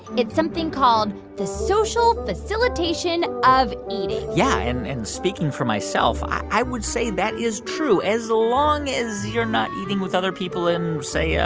it's something called the social facilitation of eating yeah. and and speaking for myself, i would say that is true as long as you're not eating with other people in, say, yeah